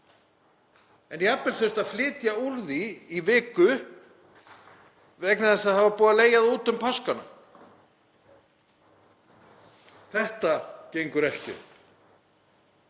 en jafnvel þurft að flytja úr því í viku vegna þess að það var búið að leigja það út um páskana. Þetta gengur ekki